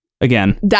again